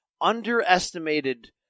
underestimated